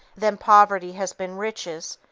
then poverty has been riches,